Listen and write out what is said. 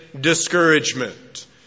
discouragement